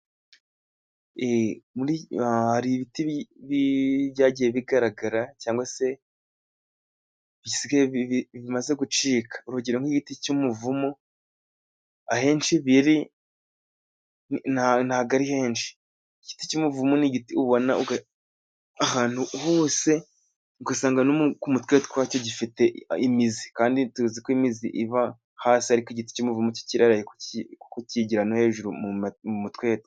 Hari ibiti byagiye bigaragara, cyangwa se bimaze gucika. Urugero nk'igiti cy'umuvumu, ahenshi biri ntago ari henshi, igiti cy'umuvumo ni igiti ubona ahantu hose, ugasanga no ku mutwetwe gifite imizi, kandi tuzi ko imizi iba hasi, ariko igiti cy'umuvumo kiyigira no hejuru mu mutwetwe.